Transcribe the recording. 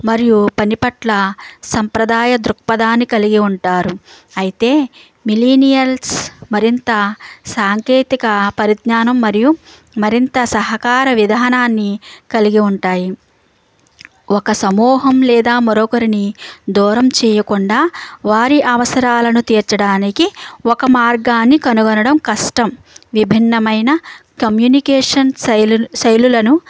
మరియు పని పట్ల సంప్రదాయ దృక్పథాన్ని కలిగి ఉంటారు అయితే మిలీనియల్స్ మరింత సాంకేతిక పరిజ్ఞానం మరియు మరింత సహకార విధానాన్ని కలిగి ఉంటాయి ఒక సమూహం లేదా మరొకరిని దూరం చేయకుండా వారి అవసరాలను తీర్చడానికి ఒక మార్గాన్ని కనుగొనడం కష్టం విభిన్నమైన కమ్యూనికేషన్ శైలుల శైలులను